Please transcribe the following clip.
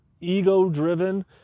ego-driven